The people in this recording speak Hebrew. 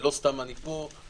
ולא סתם אני פה.